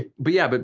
ah but yeah, but